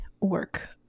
work